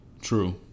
True